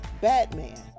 Batman